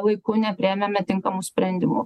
laiku nepriėmėme tinkamų sprendimų